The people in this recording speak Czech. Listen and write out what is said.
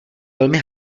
velmi